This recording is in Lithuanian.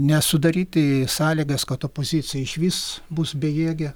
nesudaryti sąlygas kad opozicija išvis bus bejėgė